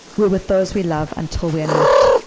we're with those we love until we are not.